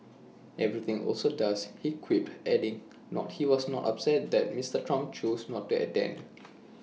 everything also does he quipped adding he was not upset that Mister Trump chose not to attend